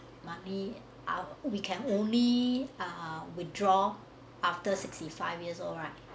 monthly out we can only withdraw after sixty five years old right